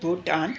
Bhutan